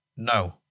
No